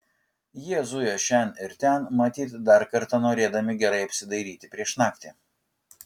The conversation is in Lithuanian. jie zujo šen ir ten matyt dar kartą norėdami gerai apsidairyti prieš naktį